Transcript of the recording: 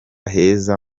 heza